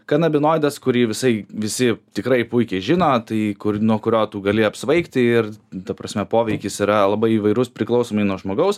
kanabinoidas kurį visai visi tikrai puikiai žino tai kur nuo kurio tu gali apsvaigti ir ta prasme poveikis yra labai įvairus priklausomai nuo žmogaus